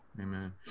amen